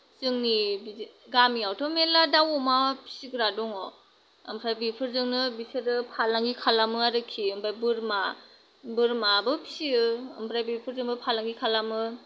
जोंनि बिदि गामियावथ' मेल्ला दाव अमा फिसिग्रा दङ ओमफ्राय बेफोरजोंनो बिसोरो फालांगि खालामो आरोखि ओमफ्राय बोरमा बोरमाबो फिसियो ओमफ्राय बेफोरजोंबो फालांगि खालामो